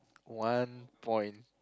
one point